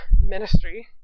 ministry